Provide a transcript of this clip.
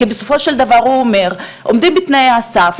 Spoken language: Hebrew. כי בסופו של דבר הוא אומר שהם עומדים בתנאי הסף,